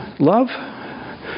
Love